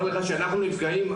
אנחנו נפגעים.